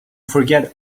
forget